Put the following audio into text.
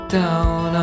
down